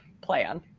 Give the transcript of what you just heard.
plan